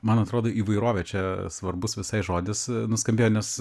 man atrodo įvairovė čia svarbus visai žodis nuskambėjo nes